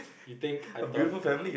you think I thought